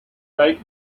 like